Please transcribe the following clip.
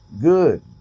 good